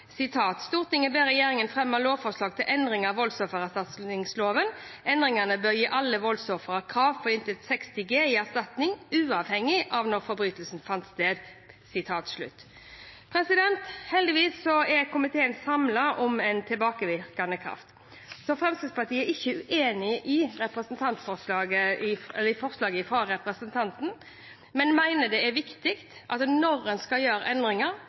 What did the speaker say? ber regjeringen umiddelbart fremme lovforslag til endring av voldsoffererstatningsloven. Endringen bør gi alle voldsofre krav på inntil 60 G i erstatning, uavhengig av når forbrytelsen fant sted.» Heldigvis er komiteen samlet med hensyn til tilbakevirkende kraft. Fremskrittspartiet er ikke uenig i representantforslaget, men mener det er viktig at når en skal gjøre endringer,